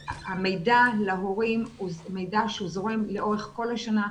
המידע להורים הוא מידע שהוא זורם לאורך כל השנה.